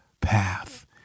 path